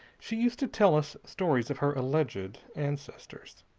she used to tell us stories of her alleged ancestors.